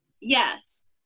Yes